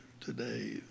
today